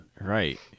Right